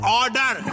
order